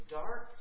dark